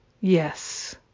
Yes